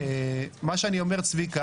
האחים המוסלמים,